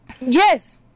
Yes